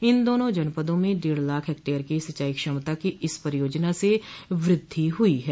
इन दोनों जनपदों में डेढ़ लाख हेक्टेयर की सिंचाई क्षमता की इस परियोजना से वृद्धि हुई है